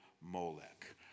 Molech